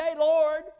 Lord